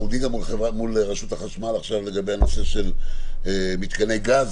אנחנו דנים מול רשות החשמל עכשיו לגבי הנושא של מתקני גז